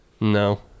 No